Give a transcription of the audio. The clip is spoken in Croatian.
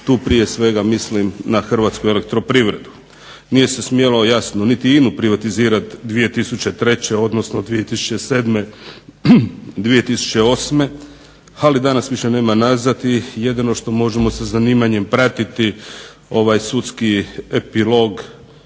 Tu prije svega mislim na Hrvatsku elektroprivredu. Nije se smjelo jasno niti INA-u privatizirat 2003., odnosno 2007., 2008. ali danas više nema nazad i jedino što možemo sa zanimanjem pratiti ovaj sudski epilog